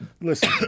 Listen